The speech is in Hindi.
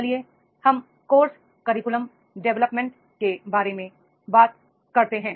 चलिए हम कोर्स करिकुलम डेवलपमेंट के बारे में बात करते हैं